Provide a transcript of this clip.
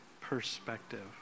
perspective